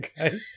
Okay